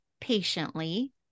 patiently